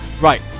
Right